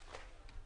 בשעה